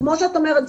כמו שאת אומרת,